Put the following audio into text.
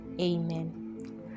Amen